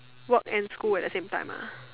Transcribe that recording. work and school at the same time ah